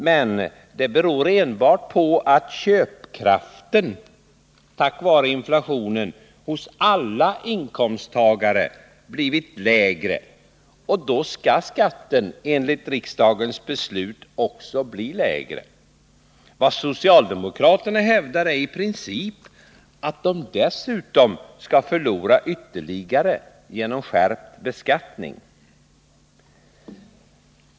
Men det beror enbart på att köpkraften — på grund av inflationen — hos alla inkomsttagare har blivit lägre, och då skall också skatten enligt riksdagens beslut bli lägre. Vad socialdemokraterna hävdar är i princip att inkomsttagarna dessutom skall förlora ytterligare genom skärpt beskattning.